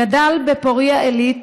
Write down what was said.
הוא גדל בפוריה עילית